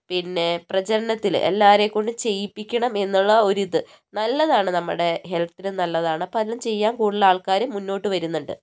പിന്നെ പ്രചരണത്തിൽ എല്ലാവരെ കൊണ്ടും ചെയ്യിപ്പിക്കണം എന്നുള്ള ഒരിത് നല്ലതാണ് നമ്മുടെ ഹെൽത്തിനും നല്ലതാണ് അപ്പം അതെല്ലാം ചെയ്യാൻ കൂടുതൽ ആൾക്കാർ മുന്നോട്ട് വരുന്നുണ്ട്